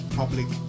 public